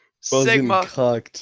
Sigma